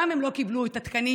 גם הם לא קיבלו את התקנים,